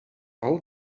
all